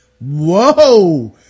Whoa